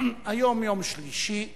היום יום שלישי,